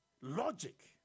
logic